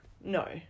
No